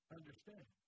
understand